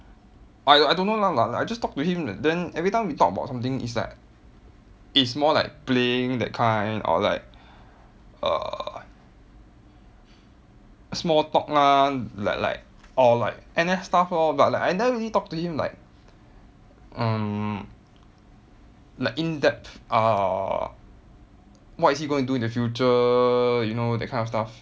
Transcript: I I don't know lah like I just talk to him then then everytime we talk about something it's like it's more like playing that kind or like err small talk lah like like or like N_S stuff lor but like I never really talk to him like err like in-depth uh what is he going to do in future you know that kind of stuff